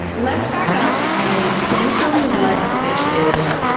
let's back up and can you tell me what a fish is?